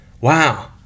Wow